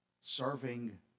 serving